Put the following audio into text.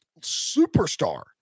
superstar